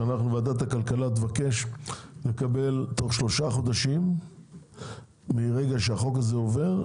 שוועדת הכלכלה תבקש לקבל תוך שלושה חודשים מרגע שהחוק הזה עובר,